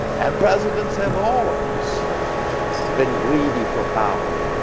and presidents have always been greedy for power